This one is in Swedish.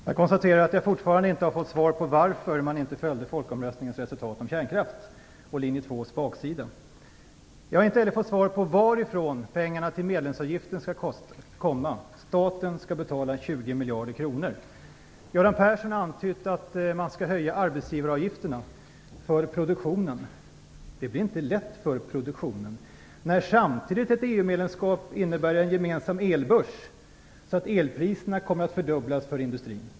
Fru talman! Jag konstaterar att jag fortfarande inte har fått svar på varför man inte följde folkomröstningens resultat om kärnkraft och det som Jag har inte heller fått svar på varifrån pengarna till medlemsavgiften skall komma. Staten skall betala Göran Persson har antytt att man skall höja arbetsgivaravgifterna för produktionen. Det blir inte lätt för produktionen, när ett EU-medlemskap samtidigt innebär en gemensam el-börs, så att elpriserna kommer att fördubblas för industrin.